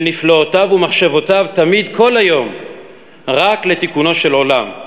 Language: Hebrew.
ונפלאותיו ומחשבותיו תמיד כל היום רק לתיקונו של עולם,